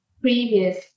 previous